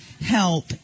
help